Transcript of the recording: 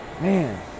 man